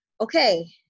okay